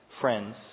friends